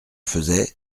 faisais